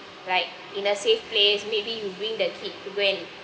like in a safe place maybe you bring the kid to go and